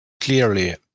clearly